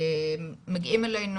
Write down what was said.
מגיעים אלינו,